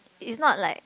it's not like